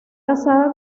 casada